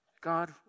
God